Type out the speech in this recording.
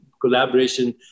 collaboration